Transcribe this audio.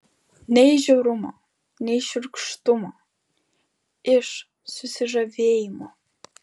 ne iš žiaurumo ne iš šiurkštumo iš susižavėjimo